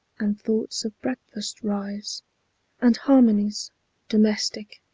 and thoughts of breakfast rise and harmonies domestic,